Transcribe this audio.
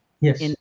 Yes